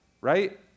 Right